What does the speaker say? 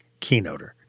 keynoter